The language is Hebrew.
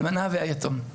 האלמנה והיתום.